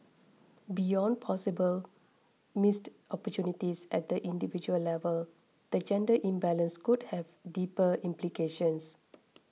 beyond possible missed opportunities at the individual level the gender imbalance could have deeper implications